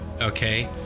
okay